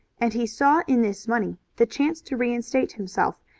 and he saw in this money the chance to reinstate himself,